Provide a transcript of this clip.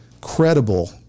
credible